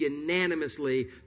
unanimously